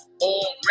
already